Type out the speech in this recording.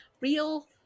real